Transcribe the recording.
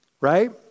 Right